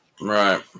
Right